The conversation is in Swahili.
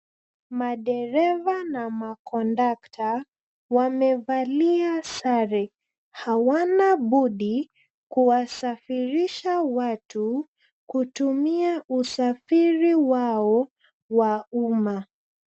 Madereva na makondukta wamevalia sare. Hawana budi kuwasafirisha watu kutumia usafiri wao wa umma.